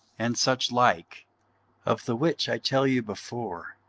and such like of the which i tell you before,